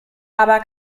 aber